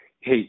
hey